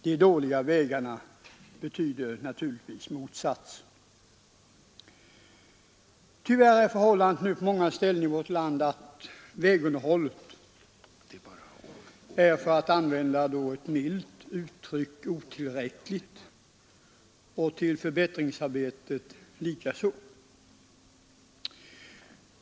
De dåliga vägarna betyder naturligtvis motsatsen. Tyvärr är nu på många ställen i vårt land vägunderhållet otillräckligt, för att använda ett milt uttryck, och förbättringsarbetet likaså.